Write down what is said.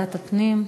לוועדת הפנים.